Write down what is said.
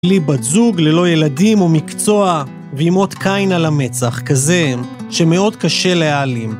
בלי בת זוג, ללא ילדים או מקצוע, ועם אות קין על המצח, כזה שמאוד קשה להעלים.